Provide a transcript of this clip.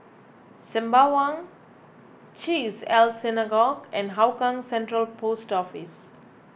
Sembawang Chesed El Synagogue and Hougang Central Post Office